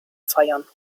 feiern